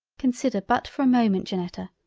consider but for a moment janetta,